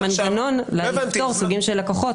המנגנון לפתור סוגים של לקוחות.